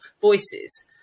voices